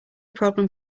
problem